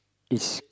it's